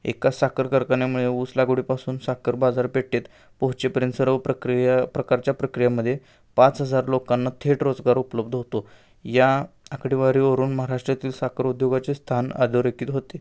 एकाच साखर कारखान्यामुळे ऊस लागवडीपासून साखर बाजार पेठेत पोहोचेपर्यंत सर्व प्रक्रिया प्रकारच्या प्रक्रियामध्ये पाच हजार लोकांना थेट रोजगार उपलब्ध होतो या आकडेवारीवरून महाराष्ट्रातील साखर उद्योगाचे स्थान अधोरेखित होते